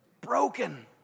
broken